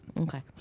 Okay